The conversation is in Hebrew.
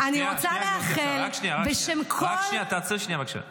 היא עושה פוליטיקה במקום לעסוק בענייני משרדה.